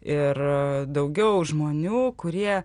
ir daugiau žmonių kurie